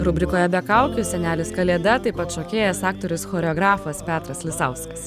rubrikoje be kaukių senelis kalėda taip pat šokėjas aktorius choreografas petras lisauskas